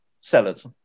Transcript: sellers